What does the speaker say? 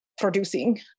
producing